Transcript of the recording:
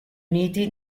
uniti